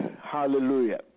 hallelujah